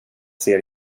ser